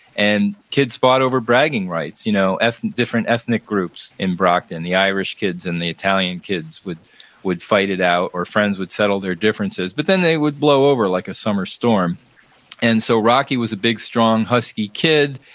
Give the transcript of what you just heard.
and kids fought over bragging rights, you know different ethnic groups in brockton. the irish kids and the italian kids would would fight it out or friends would settle their differences, but then they would blow over like a summer storm and so rocky was a big, strong, husky kid,